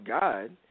God